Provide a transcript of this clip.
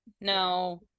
No